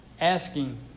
asking